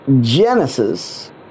Genesis